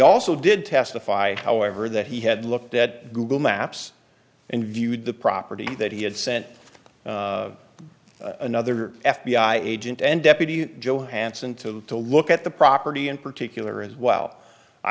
also did testify however that he had looked at google maps and viewed the property that he had sent another f b i agent and deputy johansen to to look at the property in particular as well i